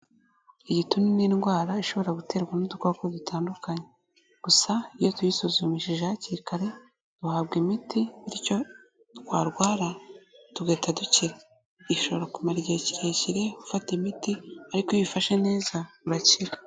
Igituntu ni indwara ishobora guterwa n'udukoko dutandukanye. Gusa iyo ucyisuzumishije hakiri kare, uhabwa imiti bityo warwara tugahita dukira. Ishobora kumara igihe kirekire ufata imiti ariko iyo uyifashe neza urakira.